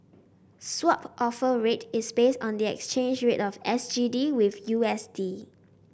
Swap Offer Rate is based on the exchange rate of S G D with U S D